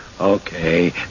Okay